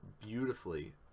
beautifully